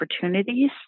opportunities